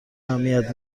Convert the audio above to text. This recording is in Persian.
اهمیت